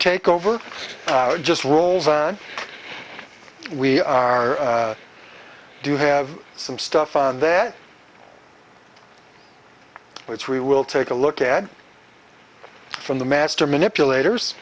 take over just rolls on we are do have some stuff on that which we will take a look at from the master manipulators